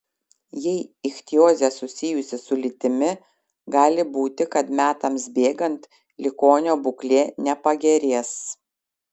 jei ichtiozė susijusi su lytimi gali būti kad metams bėgant ligonio būklė nepagerės